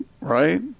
right